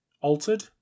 altered